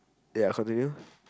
ya continue